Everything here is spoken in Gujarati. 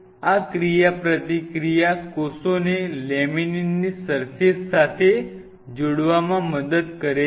આ ક્રિયાપ્રતિક્રિયા કોષોને લેમિનીનની સર્ફેસ સાથે જોડવામાં મદદ કરે છે